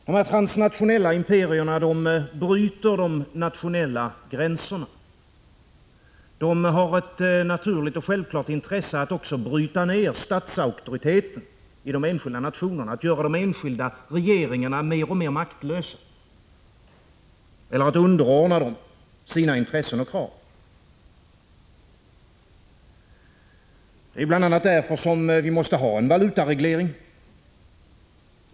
Dessa transnationella imperier bryter de nationella gränserna. De har ett naturligt och självklart intresse av att också bryta ned statsauktoriteten i de enskilda nationerna, att göra de enskilda regeringarna mer och mer maktlösa eller att underordna dem sina intressen och krav. Det är bl.a. därför som vi måste ha en valutareglering.